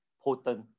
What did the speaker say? potent